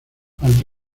ante